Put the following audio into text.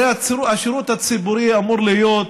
הרי השירות הציבורי אמור להיות